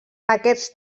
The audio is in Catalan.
aquests